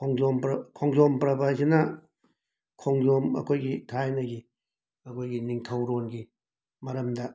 ꯈꯣꯡꯖꯣꯝ ꯄ꯭ꯔ ꯈꯣꯡꯖꯣꯝ ꯄ꯭ꯔꯕ ꯑꯁꯤꯅ ꯈꯣꯡꯖꯣꯝ ꯑꯩꯈꯣꯏꯒꯤ ꯊꯥꯏꯅꯒꯤ ꯑꯩꯈꯣꯏꯒꯤ ꯅꯤꯡꯊꯧꯔꯣꯟꯒꯤ ꯃꯔꯝꯗ